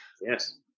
Yes